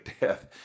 death